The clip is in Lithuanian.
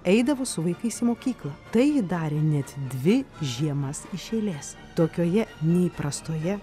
eidavo su vaikais į mokyklą tai ji darė net dvi žiemas iš eilės tokioje neįprastoje